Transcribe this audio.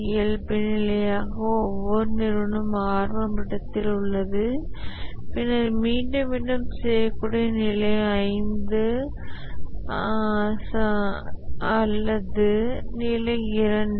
இயல்புநிலையாக ஒவ்வொரு நிறுவனமும் ஆரம்ப மட்டத்தில் உள்ளது பின்னர் மீண்டும் மீண்டும் செய்யக்கூடிய நிலை அல்லது நிலை 2